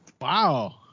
Wow